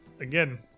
Again